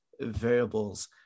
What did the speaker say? variables